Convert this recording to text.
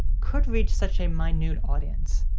could reach such a minute audience?